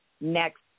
next